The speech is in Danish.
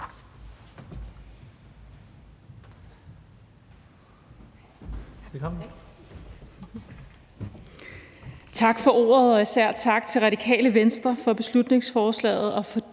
Tak for ordet, og især tak til Radikale Venstre for beslutningsforslaget